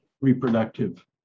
reproductive